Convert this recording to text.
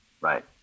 Right